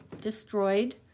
destroyed